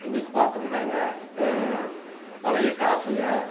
இன்றைக்கு பார்த்தமுன்னாங்க பழைய காசுகள்